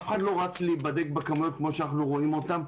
אף אחד לא רץ להיבדק בכמויות כמו שאנחנו רואים אותן,